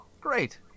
great